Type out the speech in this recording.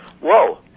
Whoa